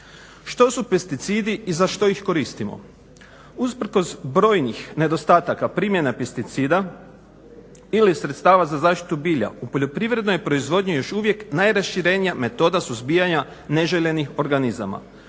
Što su pesticidi i za što ih koristimo? Usprkos brojnih nedostataka primjena pesticida ili sredstava za zaštitu bilja u poljoprivrednoj proizvodnji je još uvijek najraširenija metoda suzbijanja neželjenih organizama.